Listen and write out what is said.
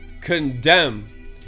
condemn